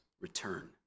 return